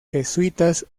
jesuitas